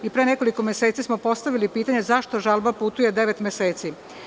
Pre nekoliko meseci smo postavili pitanje zašto žalba putuje devet meseci?